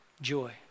joy